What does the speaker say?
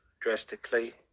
drastically